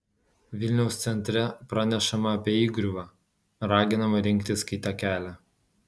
vilniaus centre pranešama apie įgriuvą raginama rinktis kitą kelią